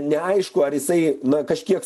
neaišku ar jisai na kažkiek